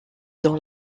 dans